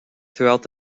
throughout